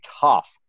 tough